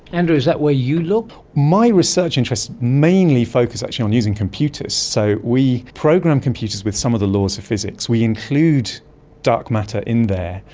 andrew, is that where you look? my research interests mainly focus actually on using computers. so we program computers with some of the laws of physics. we include dark matter in there,